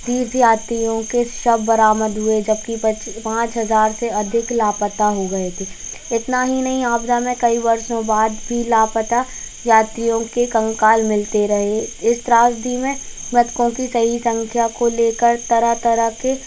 तीर्थ यात्रियों के शव बरामद हुए जबकि पच पाँच हज़ार से अधिक लापता हो गए थे इतना ही नहीं आपदा में कई वर्षों बाद भी लापता यात्रियों के कंकाल मिलते रहे इस त्रासदी में मृतकों कि सही संख्या को लेकर तरह तरह के